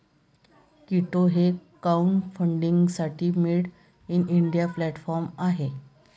कीटो हे क्राउडफंडिंगसाठी made in India platform आहे